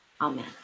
Amen